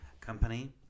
company